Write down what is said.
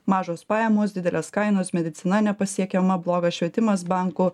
mažos pajamos didelės kainos medicina nepasiekiama blogas švietimas bankų